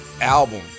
album